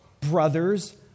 brothers